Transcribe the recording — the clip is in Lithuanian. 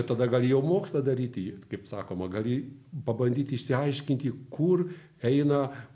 tada gali jau mokslą daryti vat kaip sakoma gali pabandyti išsiaiškinti kur eina